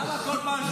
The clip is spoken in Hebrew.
ראש הממשלה הגיע.